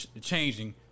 changing